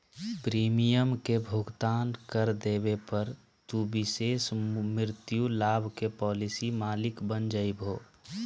premium के भुगतान कर देवे पर, तू विशेष मृत्यु लाभ के पॉलिसी मालिक बन जैभो